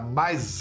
mais